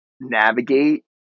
navigate